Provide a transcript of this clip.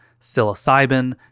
psilocybin